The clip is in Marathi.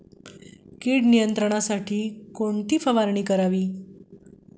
कीड नियंत्रणासाठी कोणती फवारणी करावी?